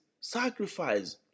Sacrifice